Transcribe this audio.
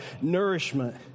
nourishment